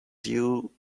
dew